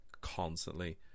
constantly